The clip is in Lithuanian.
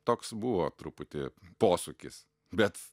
toks buvo truputį posūkis bet